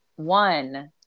One